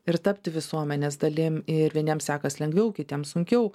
ir tapti visuomenės dalim ir vieniem sekas lengviau kitiem sunkiau